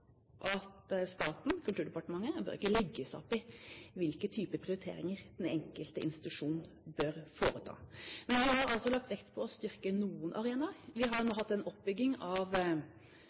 at staten, Kulturdepartementet, ikke bør legge seg opp i hvilke typer prioriteringer den enkelte institusjon bør foreta. Men vi har altså lagt vekt på å styrke noen arenaer. Vi har hatt en oppbygging av